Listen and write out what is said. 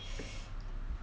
什么 company